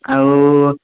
ଆଉ